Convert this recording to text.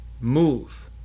Move